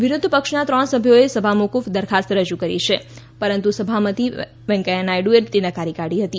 વિરોધપક્ષના ત્રણ સભ્યોએ સભામોફૂફ દરખાસ્ત રજુ કરી છે પરંતુ સભાપતિ વેંકૈયાહ્ નાયડુએ તે નકારી કાઢી હતી